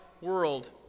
world